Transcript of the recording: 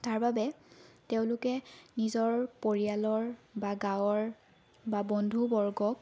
তাৰবাবে তেওঁলোকে নিজৰ পৰিয়ালৰ বা গাঁৱৰ বা বন্ধুবৰ্গক